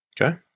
Okay